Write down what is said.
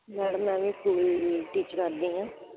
madam ਮੈਂ ਵੀ school teach ਕਰਦੀ ਹਾਂ